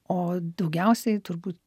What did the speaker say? o daugiausiai turbūt